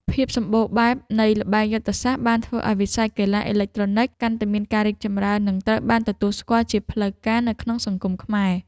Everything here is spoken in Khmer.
ភាពសម្បូរបែបនៃល្បែងយុទ្ធសាស្ត្របានធ្វើឱ្យវិស័យកីឡាអេឡិចត្រូនិកកាន់តែមានការរីកចម្រើននិងត្រូវបានទទួលស្គាល់ជាផ្លូវការនៅក្នុងសង្គមខ្មែរ។